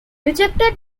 rejected